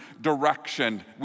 direction